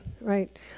right